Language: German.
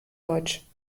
deutsch